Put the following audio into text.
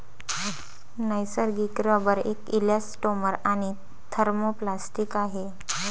नैसर्गिक रबर एक इलॅस्टोमर आणि थर्मोप्लास्टिक आहे